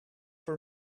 for